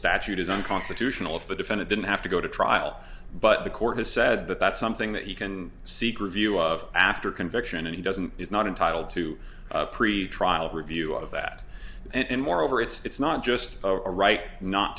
statute is unconstitutional if the defendant didn't have to go to trial but the court has said that that's something that you can seek review of after conviction and he doesn't he's not entitled to pretrial review of that and moreover it's not just a right not